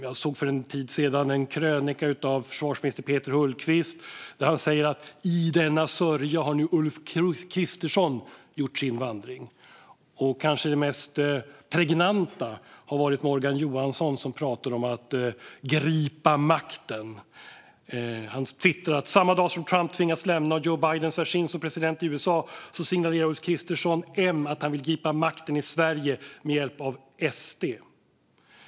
Jag såg för en tid sedan en krönika av försvarsminister Peter Hultqvist där han säger: "I denna sörja har nu Ulf Kristersson gjort sin vandring." Det kanske mest pregnanta exemplet är Morgan Johansson, som pratar om att "gripa makten". Han twittrar: "Samma dag som Trump tvingas lämna och Joe Biden svärs in som president i USA, så signalerar Ulf Kristersson att han vill gripa makten i Sverige med hjälp av SD."